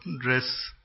dress